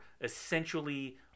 essentially